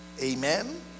Amen